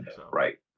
Right